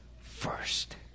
first